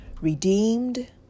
Redeemed